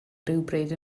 rhywbryd